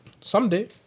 Someday